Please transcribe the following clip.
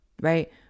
right